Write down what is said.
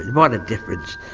what a difference,